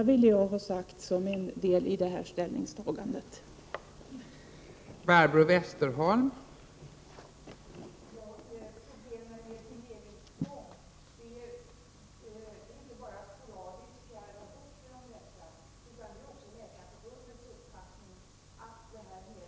Jag ville ha detta sagt som en del av resonemanget kring ställningstagandet i denna fråga.